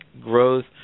growth